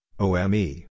OME